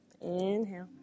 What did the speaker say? inhale